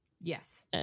Yes